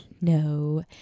No